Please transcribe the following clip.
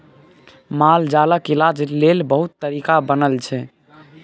मालजालक इलाज लेल बहुत तरीका बनल छै